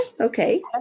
okay